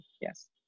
Yes